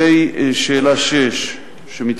6. שאלה 6,